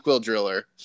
driller